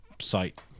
Site